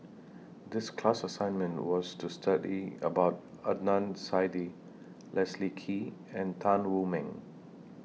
The class assignment was to study about Adnan Saidi Leslie Kee and Tan Wu Meng